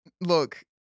look